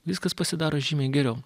viskas pasidaro žymiai geriau